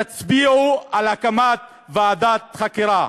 תצביעו על הקמת ועדת חקירה.